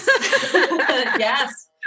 Yes